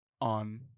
on